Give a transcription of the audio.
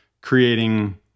creating